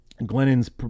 glennon's